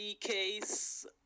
case